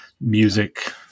music